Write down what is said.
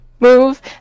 move